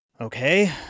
Okay